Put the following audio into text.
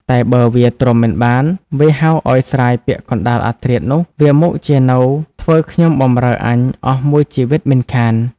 តែបើវាទ្រាំមិនបាន វាហៅឲ្យស្រាយពាក់កណ្តាលអាធ្រាត្រនោះ វាមុខជានៅធ្វើខ្ញុំបម្រើអញអស់មួយជីវិតមិនខាន។